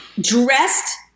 dressed